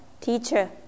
teacher